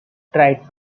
tried